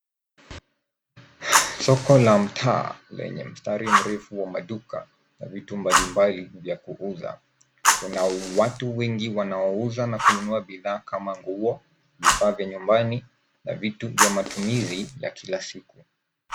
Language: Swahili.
Soko la mtaa lenye mstari mrefu wa maduka na vitu mbalimbali vya kuuza. Kuna watu wengi wanaouza na kununua bidhaa kama nguo, vifaa vya nyumbani na vitu vya matumizi ya kila siku.